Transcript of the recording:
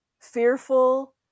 fearful